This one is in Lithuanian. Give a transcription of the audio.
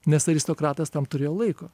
nes aristokratas tam turėjo laiko